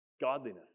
Godliness